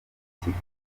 ikiguzi